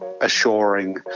assuring